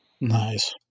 Nice